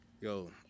Yo